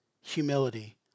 humility